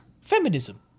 feminism